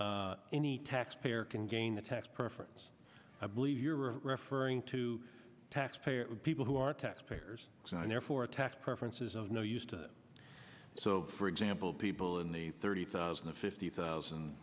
any taxpayer can gain the tax preference i believe you're referring to tax payer people who are tax payers and therefore a tax preferences of no use to so for example people in the thirty thousand to fifty thousand